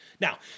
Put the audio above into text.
Now